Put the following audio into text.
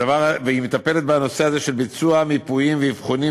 והיא מטפלת בנושא הזה של ביצוע מיפויים ואבחונים